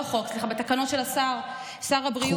לא חוק, סליחה, בתקנות של השר, שר הבריאות.